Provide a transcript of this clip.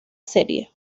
serie